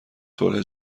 صلح